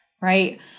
right